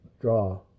Draw